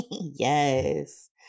Yes